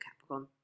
Capricorn